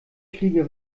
fliege